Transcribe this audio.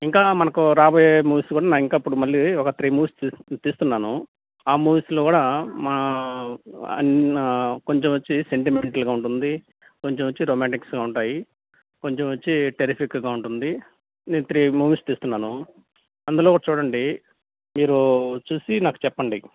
ఇంకా మనకు రాబోయే మూవీస్ కూడా నావింకా ఇప్పుడు మళ్ళీ ఒక త్రీ మూవీస్ తీస్తున్నాను ఆ మూవీస్లో కూడా మా అన్నా కొంచెం వచ్చి సెంటిమెంటల్గా ఉంటుంది కొంచెం వచ్చి రొమాంటిక్గా ఉంటాయి కొంచెం వచ్చి టెర్రిఫిక్గా ఉంటుంది నేను త్రీ మూవీస్ తీస్తున్నాను అందులో ఒకటి చూడండి మీరు చూసి నాకు చెప్పండి